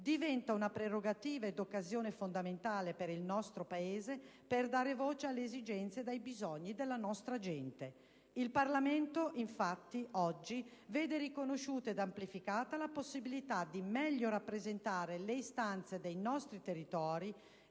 Diventa una prerogativa ed un'occasione fondamentale per il nostro Paese per dare voce alle esigenze ed ai bisogni della nostra gente. Il Parlamento, infatti, oggi vede riconosciuta ed amplificata la possibilità di meglio rappresentare le istanze dei nostri territori,